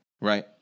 right